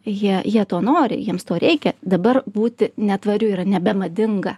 jie jie to nori jiems to reikia dabar būti netvariu yra nebemadinga